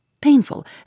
painful